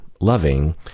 loving